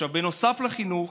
בנוסף לחינוך,